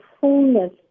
fullness